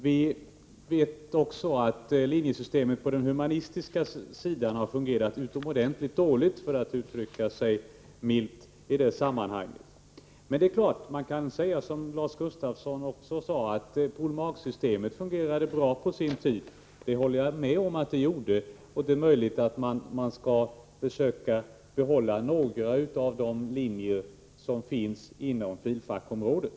Vi vet också att linjesystemet inom den humanistiska fakulteten har fungerat utomordentligt dåligt i detta sammanhang — för att uttrycka sig milt. Det är helt klart att man, som Lars Gustafsson också gjorde, kan säga att pol. mag.-systemet fungerade bra på sin tid. Det är möjligt att man borde försöka behålla några av de linjer som finns inom fil. fak.-området.